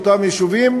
באותם יישובים,